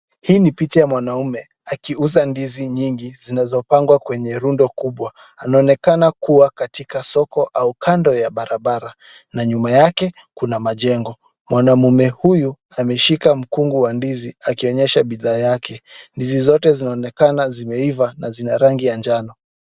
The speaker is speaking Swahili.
Hii ni picha wa mwanaume akiuza ndizi nyingi zinazopangwa kwenye rundo kubwa. Anaonekana kuwa katika soko au kando ya barabara na nyuma yake kuna majengo. Mwanamme huyu ameshika mkungu wa ndizi akionyesha bidhaa yake. Ndizi zote zinaonekana zimeiva na zina rangi ya njano.